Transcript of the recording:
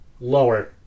Lower